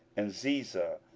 and ziza,